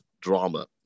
drama